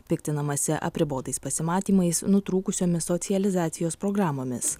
piktinamasi apribotais pasimatymais nutrūkusiomis socializacijos programomis